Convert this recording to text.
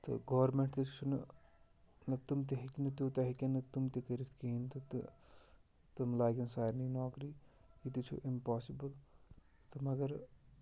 تہٕ گورمٮ۪نٛٹ تہِ چھُنہٕ نہ تِم تہٕ ہیٚکہِ نہٕ تیوٗتاہ ہیٚکن نہٕ تِم تہٕ کٔرِتھ کِہیٖنۍ تہٕ تہٕ تِم لاگَن سارنی نوکری یہِ تہِ چھُ اِمپاسِبٕل تہٕ مگر